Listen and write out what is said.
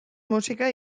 musika